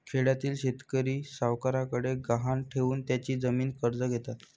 खेड्यातील शेतकरी सावकारांकडे गहाण ठेवून त्यांची जमीन कर्ज घेतात